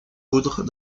poudres